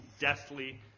deathly